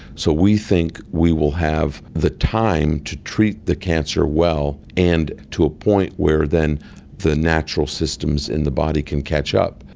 so we think we will have the time to treat the cancer well and to a point where then the natural systems in the body can catch up.